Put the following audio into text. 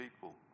people